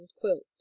quilt